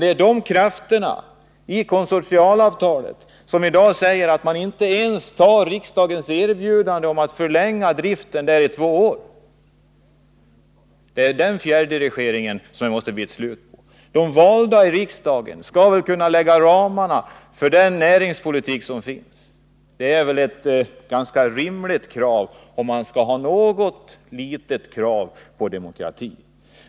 Det finns krafter bland parterna i konsortialavtalet som i dag säger att man inte ens skall acceptera riksdagens erbjudande om en förlängning av driften i två år. Sådan fjärrdirigering måste det bli ett slut på. De folkvalda i riksdagen skall väl kunna lägga fram förslag till ramar för vår näringspolitik. Det är väl ett ganska rimligt krav — om man nu får ställa några krav på demokratin.